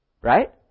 Right